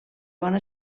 bona